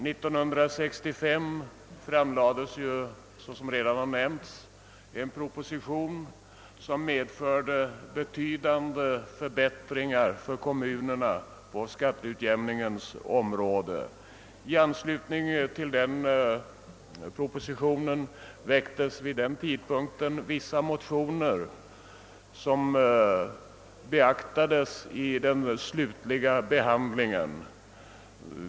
19635 framlades, såsom redan har nämnts, en proposition som medförde betydande förbättringar för kommunerna på skatteutjämningens område. I anslutning till propositionen väcktes vissa motioner, som beaktades i den slutliga behandlingen.